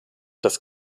das